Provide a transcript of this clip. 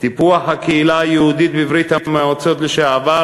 טיפוח הקהילה היהודית בברית-המועצות לשעבר